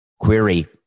Query